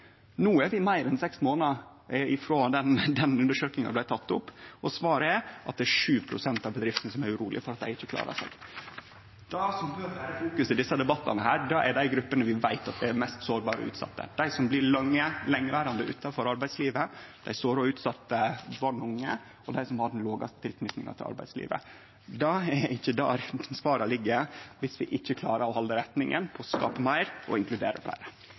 No er det jo meir enn seks månadar sidan den undersøkinga blei gjord, og svaret er at det er 7 pst. av bedriftene som er urolege for at dei ikkje klarar seg. Det som bør vere fokuset i desse debattane, er dei gruppene vi veit er mest sårbare og utsette, dei som blir lengeverande utanfor arbeidslivet, dei sårbare og utsette barn og unge, og dei som har den lågaste tilknytinga til arbeidslivet. Det er ikkje der svara ligg viss vi ikkje klarar å halde retninga på å skape meir og inkludere